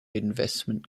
investment